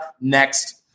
next